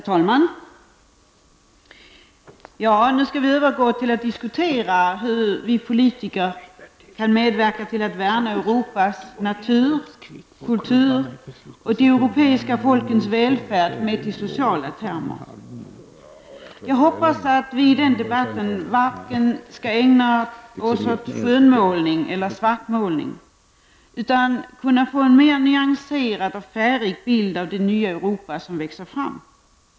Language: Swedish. Herr talman! Nu skall vi övergå till att diskutera hur vi politiker kan medverka till att värna Europas natur, kultur och de europeiska folkens välfärd mätt i sociala termer. Jag hoppas att vi i den debatten varken skall ägna oss åt skönmålning eller svartmålning utan kunna få en mer nyanserad och färgrik bild av det nya Europa som växer fram.